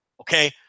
Okay